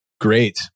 great